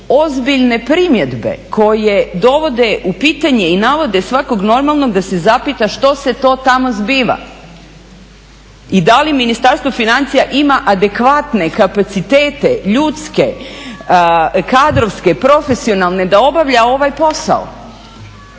ozbiljne primjedbe koje dovode u pitanje i navode svakog normalnog da se zapita što se to tamo zbiva. I da li Ministarstvo financija ima adekvatne kapacitete, ljudske, kadrovske, profesionalne da obavlja ovaj posao.